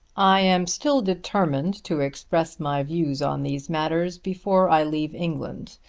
i am still determined to express my views on these matters before i leave england,